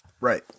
Right